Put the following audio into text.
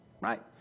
Right